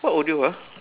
what audio ah